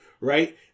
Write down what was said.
right